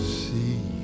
see